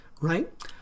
right